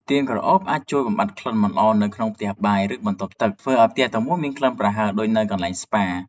ទៀនក្រអូបអាចជួយបំបាត់ក្លិនមិនល្អនៅក្នុងផ្ទះបាយ ឬបន្ទប់ទឹក ធ្វើឱ្យផ្ទះទាំងមូលមានក្លិនប្រហើរដូចនៅកន្លែងស្ប៉ា។